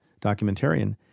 documentarian